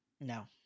no